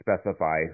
specify